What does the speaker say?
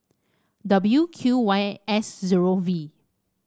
W Q Y S zero V